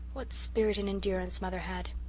what spirit and endurance mother had!